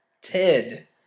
Ted